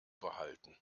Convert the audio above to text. behalten